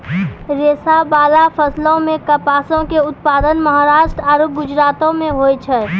रेशाबाला फसलो मे कपासो के उत्पादन महाराष्ट्र आरु गुजरातो मे होय छै